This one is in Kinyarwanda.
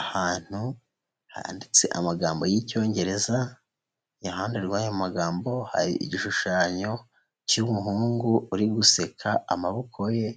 Ahantu handitse amagambo y'Icyongereza, iruhande rw'ayo magambo hari igishushanyo cy'umuhungu uri guseka, amaboko ye